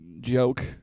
joke